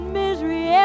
misery